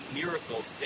miracles